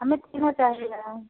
हमें तीनों चाहिए हैं